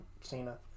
Cena